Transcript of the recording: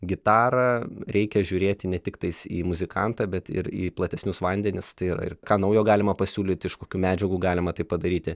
gitarą reikia žiūrėti ne tiktais į muzikantą bet ir į platesnius vandenis tai yra ir ką naujo galima pasiūlyti iš kokių medžiagų galima tai padaryti